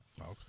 Okay